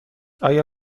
آیا